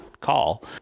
call